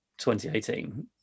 2018